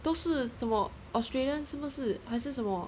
都是这么 Australian 是不是还是什么